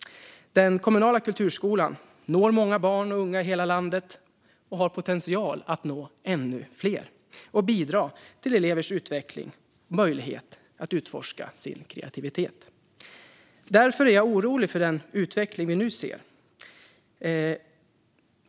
Den kommunala kulturskolan når många barn och unga i hela landet och har potential att nå ännu fler och bidra till elevers utveckling och möjlighet att utforska sin kreativitet. Därför är jag orolig för den utveckling vi nu ser.